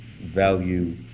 value